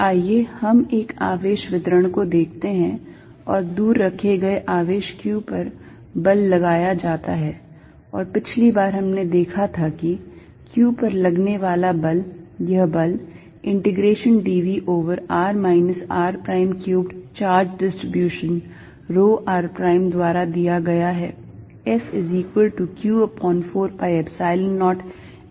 आइए हम एक आवेश वितरण को देखते हैं और दूर रखे गए आवेश q पर बल लगाया जाता है और पिछली बार हमने देखा था कि q पर लगने वाला है यह बल integration dv over r minus r prime cubed charge distribution rho r prime द्वारा दिया गया है